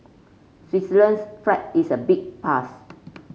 Switzerland's flag is a big plus